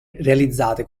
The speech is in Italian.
realizzate